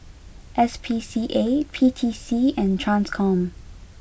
S P C A P T C and Transcom